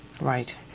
Right